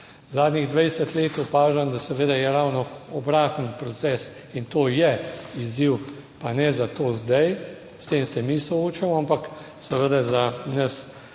Zadnjih 20 let opažam, da seveda je ravno obraten proces in to je izziv, pa ne za to, zdaj s tem se mi soočamo, ampak seveda za nas